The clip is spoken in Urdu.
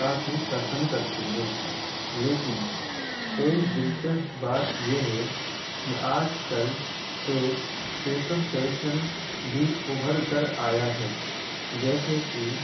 کافی پسند کرتی ہے لیکن ایک دلچسپ بات یہ ہے کہ آج کل ایک فیشل فیشن بھی ابھر کر آیا ہے جیسے کہ